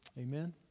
Amen